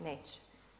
Neće.